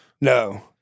No